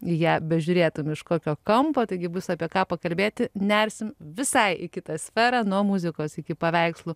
į ją bežiūrėtum iš kokio kampo taigi bus apie ką pakalbėti nersim visai į kitą sferą nuo muzikos iki paveikslų